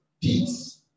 peace